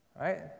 Right